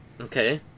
Okay